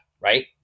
right